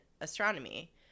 astronomy